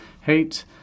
hate